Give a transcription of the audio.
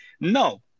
No